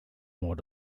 more